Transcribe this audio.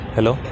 Hello